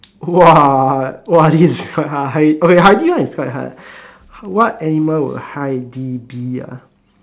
!wah! !wah! this is quite hard okay Heidi one is quite hard what animal would be Heidi be ah